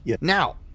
now